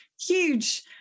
huge